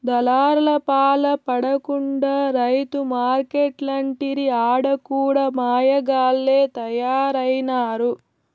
దళార్లపాల పడకుండా రైతు మార్కెట్లంటిరి ఆడ కూడా మాయగాల్లె తయారైనారు